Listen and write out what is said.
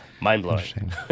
mind-blowing